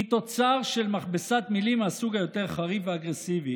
היא תוצר של מכבסת מילים מהסוג היותר חריף ואגרסיבי.